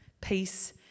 peace